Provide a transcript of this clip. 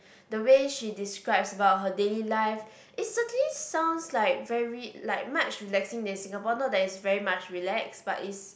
the way she describes about her daily life is certainly sounds like very like much relaxing than Singapore not that it's very much relax but is